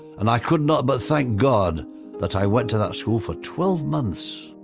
and i could not but thank god that i went to that school for twelve months.